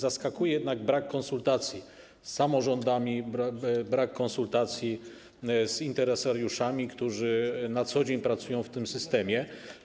Zaskakuje jednak brak konsultacji z samorządami, brak konsultacji z interesariuszami, którzy na co dzień pracują w tym systemie.